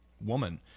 woman